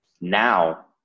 Now